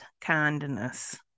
kindness